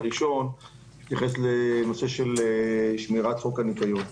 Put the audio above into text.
אני אתייחס תחילה לנושא של שמירת חוק הניקיון.